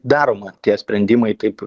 daroma tie sprendimai taip